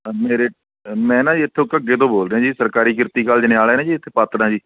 ਮੇਰੇ ਮੈਂ ਨਾ ਜੀ ਇਥੋਂ ਘੱਗੇ ਤੋਂ ਬੋਲ ਰਿਹਾ ਜੀ ਸਰਕਾਰੀ ਕਿਰਤੀ ਕਾਲਜ ਨਿਆਲ਼ਿਆ ਨੇ ਜੀ ਇੱਥੇ ਪਾਤੜਾਂ ਜੀ